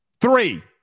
Three